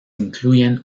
incluyen